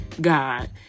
God